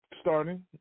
starting